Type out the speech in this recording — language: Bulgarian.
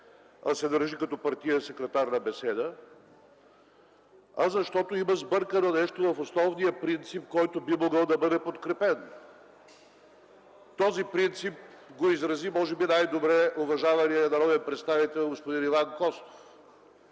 и се държи като партиен секретар на беседа, а защото има сбъркано нещо в основния принцип, който би могъл да бъде подкрепен. Този принцип може би най-добре го изрази уважаваният народен представител господин Иван Костов